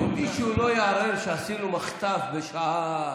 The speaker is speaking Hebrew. שמישהו לא יחשוב שעשינו מחטף בשעה,